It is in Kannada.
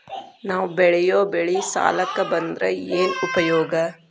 ನಾವ್ ಬೆಳೆಯೊ ಬೆಳಿ ಸಾಲಕ ಬಂದ್ರ ಏನ್ ಉಪಯೋಗ?